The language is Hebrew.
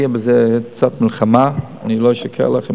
עכשיו, כשתהיה בזה קצת מלחמה, אני לא אשקר לך,